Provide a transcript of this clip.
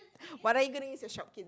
what are you going to use your Shopkins